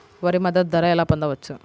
వరి మద్దతు ధర ఎలా పొందవచ్చు?